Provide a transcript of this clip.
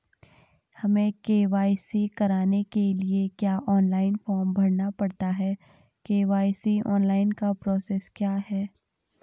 हमें के.वाई.सी कराने के लिए क्या ऑनलाइन फॉर्म भरना पड़ता है के.वाई.सी ऑनलाइन का प्रोसेस क्या है?